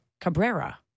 Cabrera